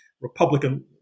Republican